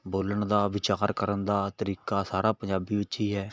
ਬੋਲਣ ਦਾ ਵਿਚਾਰ ਕਰਨ ਦਾ ਤਰੀਕਾ ਸਾਰਾ ਪੰਜਾਬੀ ਵਿੱਚ ਹੀ ਹੈ